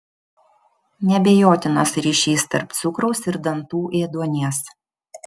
neabejotinas ryšys tarp cukraus ir dantų ėduonies